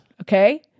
Okay